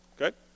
Okay